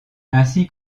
ainsi